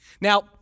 Now